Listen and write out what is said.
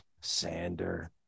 Sander